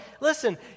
listen